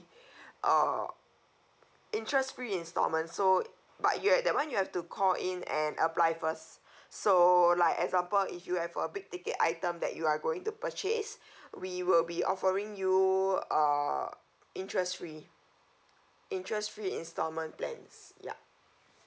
uh interest free instalment so but you have that one you have to call in and apply first so like example if you have a big ticket item that you are going to purchase we will be offering you uh interest free interest free instalment plans yup